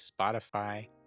Spotify